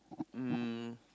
um